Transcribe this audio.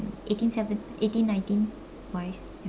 eighteen seven eighteen nineteen wise ya